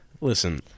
Listen